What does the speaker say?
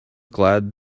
glad